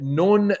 non